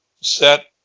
set